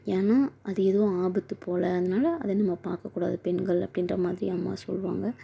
ஏன்னா அது எதுவும் ஆபத்து போல் அதனால அதை நம்ம பார்க்கக் கூடாது பெண்கள் அப்டின்ற மாதிரி அம்மா சொல்லுவாங்க